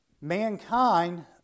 Mankind